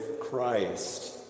Christ